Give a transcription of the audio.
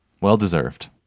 Well-deserved